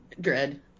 Dread